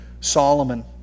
Solomon